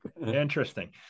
Interesting